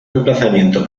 emplazamiento